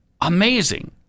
Amazing